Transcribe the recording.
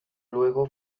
luego